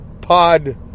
pod